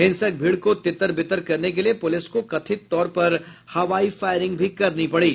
हिंसक भीड़ को तितर बितर करने के लिए पुलिस को कथित तौर पर हवाई फायरिंग भी करनी पड़ी